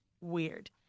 weird